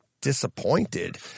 disappointed